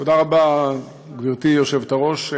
תודה רבה, גברתי היושבת-ראש.